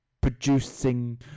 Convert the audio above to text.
producing